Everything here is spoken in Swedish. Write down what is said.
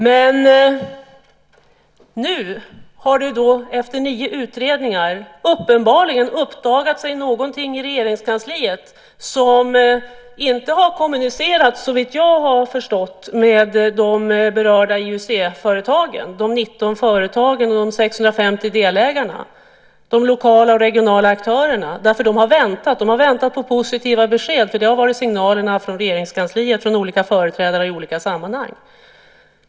Men nu, efter nio utredningar, har det uppenbarligen uppdagats någonting i Regeringskansliet som inte har kommunicerats, såvitt jag har förstått, med de 19 berörda IUC-företagen och de 650 delägarna, de lokala och regionala aktörerna. De har väntat på positiva besked eftersom det har varit signalerna från Regeringskansliet och från olika företrädare i olika sammanhang.